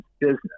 business